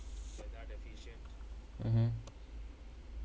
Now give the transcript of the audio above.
mmhmm